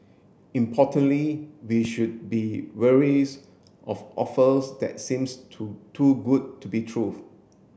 importantly we should be of offers that seems too too good to be true